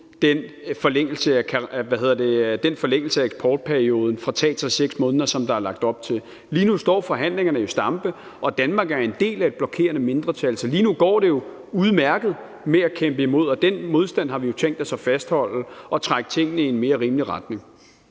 den forlængelse af eksportperioden fra 3 til 6 måneder, som der er lagt op til. Lige nu står forhandlingerne jo i stampe, og Danmark er en del af et blokerende mindretal. Så lige nu går det jo udmærket med at kæmpe imod, og den modstand har vi tænkt os at fastholde for at trække tingene i en mere rimelig retning.